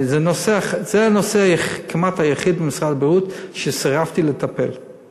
זה הנושא הכמעט-יחיד במשרד הבריאות שסירבתי לטפל בו,